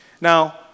Now